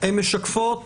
הן משקפות